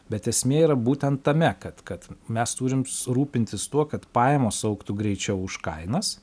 bet esmė yra būtent tame kad kad mes turim rūpintis tuo kad pajamos augtų greičiau už kainas